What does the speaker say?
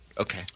Okay